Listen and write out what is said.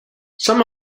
some